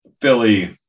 Philly